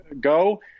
go